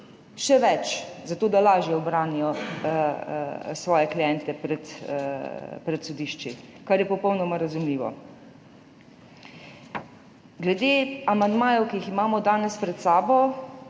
še več, zato da lažje ubranijo svoje kliente pred sodišči, kar je popolnoma razumljivo. Glede amandmajev, ki jih imamo danes pred sabo,